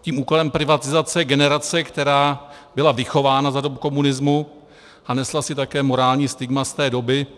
tím úkolem privatizace generace, která byla vychována za dob komunismu a nesla si také morální stigma z té doby.